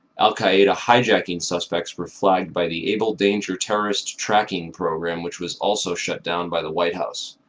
al qaeda hijacking suspects were flagged by the able danger terrorist tracking program which was also shut down by the white house.